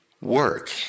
work